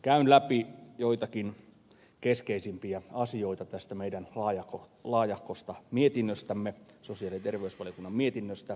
käyn läpi joitakin keskeisimpiä asioita tästä meidän laajahkosta mietinnöstämme sosiaali ja terveysvaliokunnan mietinnöstä